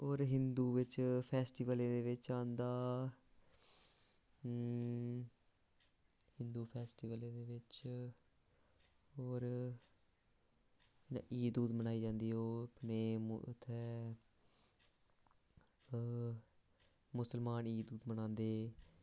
होर हिंदु बिच्च फेस्टीवलें दे बिच्च आंदा हिंदु फेस्टीवल दे बिच्च होर ईद ऊद मनाई जंदी ऐ ओह् इत्थें मुसलमान ईद मनांदे